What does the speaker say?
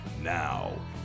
now